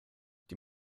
die